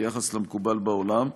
ביחס למקובל בעולם.